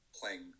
playing